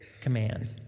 command